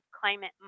climate